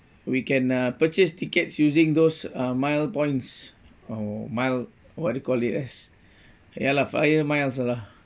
we can uh purchase tickets using those uh mile points uh mile what do you call it as ya lah flyer miles lah